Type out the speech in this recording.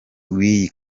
w’iyi